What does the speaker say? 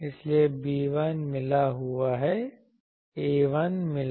इसलिए B1 मिला हुआA1 मिला